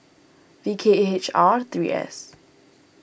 V K H R three S